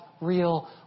real